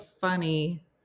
funny